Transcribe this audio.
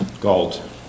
Gold